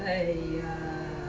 !aiya!